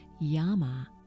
yama